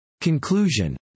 CONCLUSION